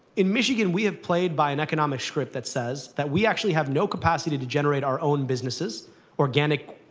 in michigan, we have played by an economic script that says that we actually have no capacity to generate our own businesses organic,